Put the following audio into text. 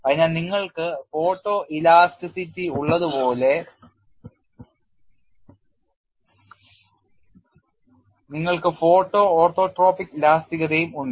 അതിനാൽ നിങ്ങൾക്ക് photo elasticity ഉള്ളതുപോലെ നിങ്ങൾക്ക് ഫോട്ടോ ഓർത്തോട്രോപിക് ഇലാസ്തികതയും ഉണ്ട്